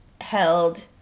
held